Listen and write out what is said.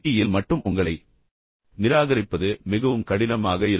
யில் மட்டும் உங்களை நிராகரிப்பது மிகவும் கடினமாக இருக்கும்